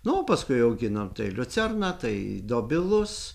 nu o paskui auginam tai liucerną tai dobilus